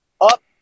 up